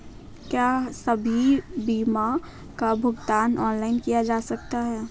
क्या सभी बीमा का भुगतान ऑनलाइन किया जा सकता है?